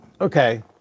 okay